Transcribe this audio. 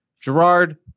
gerard